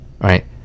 right